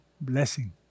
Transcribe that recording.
blessing